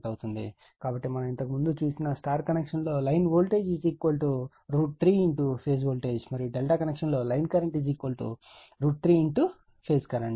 కాబట్టి మనం ఇంతకుముందు చూసిన Υ కనెక్షన్ లో లైన్ వోల్టేజ్ 3ఫేజ్ వోల్టేజ్ మరియు ∆ కనెక్షన్ లో లైన్ కరెంట్ 3 ఫేజ్ కరెంట్